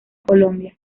colombia